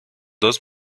dos